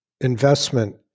investment